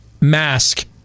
mask